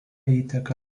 įteka